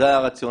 זה היה הרציונל,